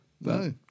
No